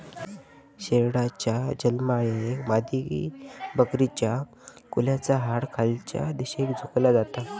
शेरडाच्या जन्मायेळेक मादीबकरीच्या कुल्याचा हाड खालच्या दिशेन झुकला जाता